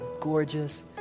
gorgeous